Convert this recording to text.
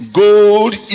gold